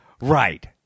Right